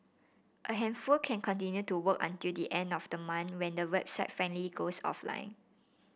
a handful can continue to work until the end of the month when the website finally goes offline